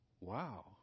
Wow